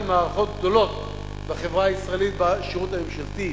מערכות גדולות בחברה הישראלית בשירות הממשלתי.